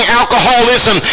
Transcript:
alcoholism